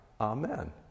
Amen